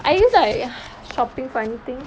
are you like shopping for anything